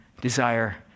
desire